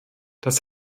das